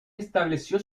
estableció